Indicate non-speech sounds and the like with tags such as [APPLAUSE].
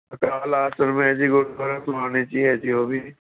[UNINTELLIGIBLE] ਗੁਰਦੁਆਰਾ ਸੋਹਾਣੇ 'ਚ ਹੀ ਹੈ ਜੀ ਉਹ ਵੀ